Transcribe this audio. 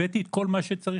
הבאתי את כל מה שצריך,